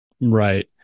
Right